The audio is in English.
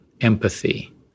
empathy